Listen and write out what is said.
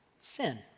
Sin